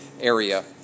area